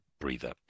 breather